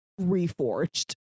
reforged